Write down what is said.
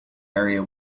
area